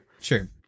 Sure